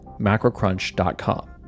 macrocrunch.com